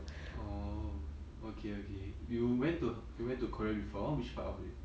oh okay okay you went to you went to korea before which part of it